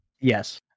Yes